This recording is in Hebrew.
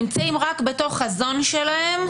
נמצאים רק בתוך ה-zone שלהם,